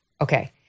okay